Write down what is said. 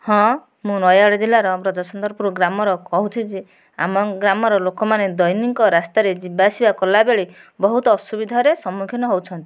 ହଁ ମୁଁ ନୟାଗଡ଼ ଜିଲ୍ଲାର ବ୍ରଜସୁନ୍ଦରପୁର ଗ୍ରାମର କହୁଛି ଯେ ଆମ ଗ୍ରାମର ଲୋକମାନେ ଦୈନିକ ରାସ୍ତାରେ ଯିବା ଆସିବା କଲାବେଳେ ବହୁତ ଅସୁବିଧାରେ ସମ୍ମୁଖୀନ ହେଉଛନ୍ତି